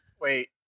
Wait